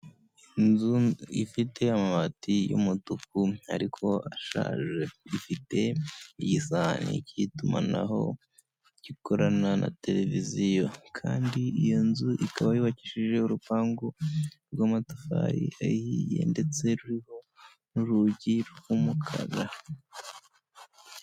Inzu ifite amabati y'umutuku ariko ashaje, ifite igisahani cy'itumanaho gikorana na tereviziyo kandi iyo nzu ikaba yubakishije urupangu rw'amatafari ahiye ndetse ruriho n'urugi rw'umukara.